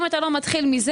אם אתה לא מתחיל מזה